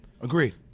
Agreed